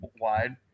wide